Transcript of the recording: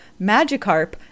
Magikarp